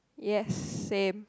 yes same